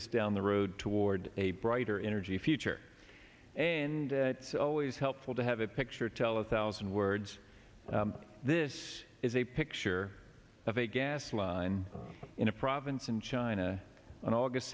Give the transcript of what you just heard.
us down the road toward a brighter energy future and it's always helpful to have a picture tell us thousand words this is a picture of a gas line in a province in china on august